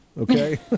okay